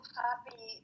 happy